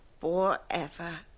Forever